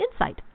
insight